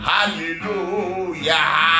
Hallelujah